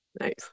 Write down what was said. nice